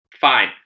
fine